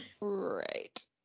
Right